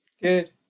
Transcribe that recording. Good